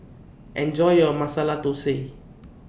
Enjoy your Masala Thosai